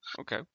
Okay